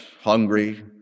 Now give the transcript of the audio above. hungry